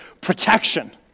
protection